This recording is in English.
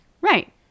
right